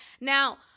Now